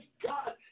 God